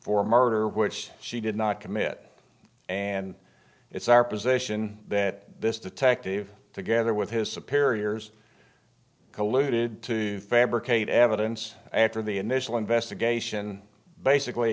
for murder which she did not commit and it's our position that this detective together with his superiors colluded to fabricate evidence after the initial investigation basically